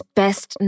best